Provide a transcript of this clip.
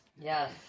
Yes